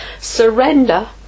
surrender